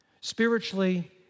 Spiritually